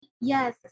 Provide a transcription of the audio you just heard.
Yes